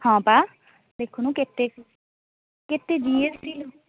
ହଁ ପା ଦେଖୁନୁ କେତେ କେତେ ଜି ଏସ୍ ଟି